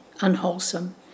unwholesome